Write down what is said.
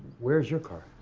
where's your car?